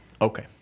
Okay